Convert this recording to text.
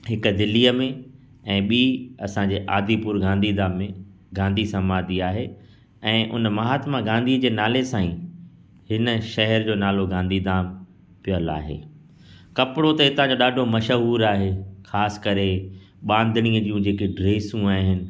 हिक दिल्लीअ में ऐं बि असांजे आदिपुर गांधीधाम में गांधी समाधी आहे ऐं उन महात्मा गांधी जे नाले सां ई हिन शहर जो नालो गांधीधाम पयल आहे कपिड़ो त हितां जो ॾाढो मशहूरु आहे ख़ासि करे बांधणीअ जी जेकियूं ड्रेसूं आहिनि